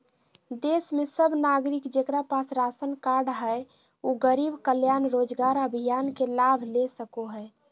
देश के सब नागरिक जेकरा पास राशन कार्ड हय उ गरीब कल्याण रोजगार अभियान के लाभ ले सको हय